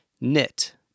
knit